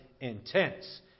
intense